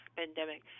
pandemic